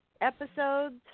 episodes